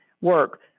work